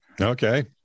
Okay